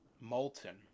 Molten